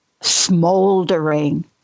smoldering